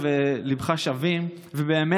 בעיניי,